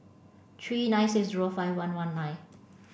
three nine six zero five one one nine